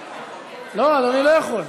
לא, אני לא יכול.